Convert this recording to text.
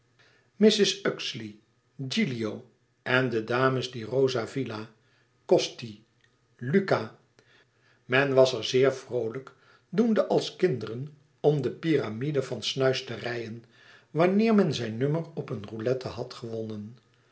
mrs uxeley gilio en de dames di rosavilla costi luca men was er zeer vroolijk doende als kinderen om de pyramide van snuisterijen wanneer men zijn nummer op een roulette had gewonnen